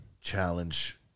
challenge